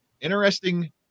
interesting